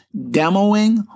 demoing